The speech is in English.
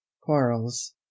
Quarrels